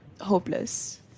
hopeless